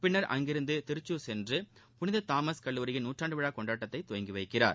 பின்னா் அங்கிருந்து திருச்சூர் சென்று புனித தாமஸ் கல்லூரியின் நூற்றாண்டு விழா கொண்டாட்டத்தை தொடங்கிவைக்கிறார்